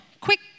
quick